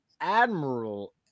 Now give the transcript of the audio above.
admiral